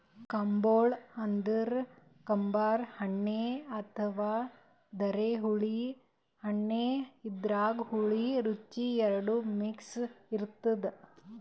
carambola ಅಂದ್ರ ಕಂಬರ್ ಹಣ್ಣ್ ಅಥವಾ ಧಾರೆಹುಳಿ ಹಣ್ಣ್ ಇದ್ರಾಗ್ ಹುಳಿ ರುಚಿ ಎರಡು ಮಿಕ್ಸ್ ಇರ್ತದ್